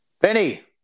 Vinny